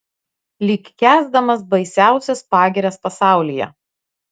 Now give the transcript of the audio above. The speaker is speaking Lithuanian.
lyg kęsdamas baisiausias pagirias pasaulyje